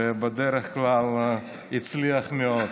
ובדרך כלל הצליח מאוד.